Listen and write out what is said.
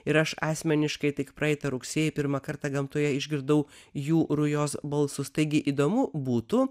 ir aš asmeniškai tik praeitą rugsėjį pirmą kartą gamtoje išgirdau jų rujos balsus taigi įdomu būtų